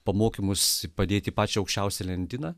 pamokymus padėti pačią aukščiausią lentyną